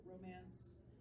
romance